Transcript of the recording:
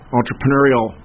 entrepreneurial